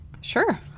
Sure